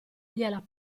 gliela